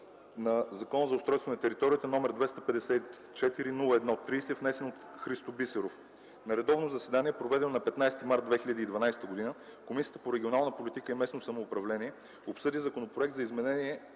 на Закона за устройство на територията, № 254-01-30, внесен от Христо Бисеров На редовно заседание, проведено на 15 март 2012 г., Комисията по регионална политика и местно самоуправление обсъди Законопроект за изменение